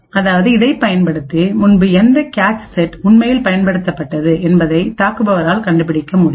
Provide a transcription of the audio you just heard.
அதாவது இதைப் பயன்படுத்தி முன்பு எந்த கேச் செட் உண்மையில் பயன்படுத்தப்பட்டது என்பதை தாக்குபவரால் கண்டுபிடிக்க முடியும்